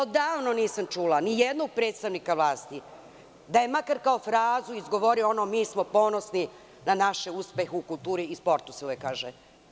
Odavno nisam čula nijednog predstavnika vlasti da je makar kao frazu izgovorio ono – mi smo ponosni na naš uspeh u kulturi i sportu, kako se uvek kaže.